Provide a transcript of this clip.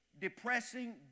depressing